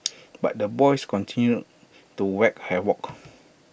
but the boys continued to wreak havoc